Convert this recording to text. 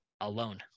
alone